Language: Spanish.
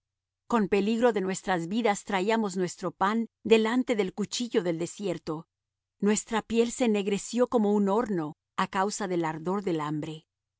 con peligro de nuestras vidas traíamos nuestro pan delante del cuchillo del desierto nuestra piel se ennegreció como un horno a causa del ardor del hambre